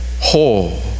whole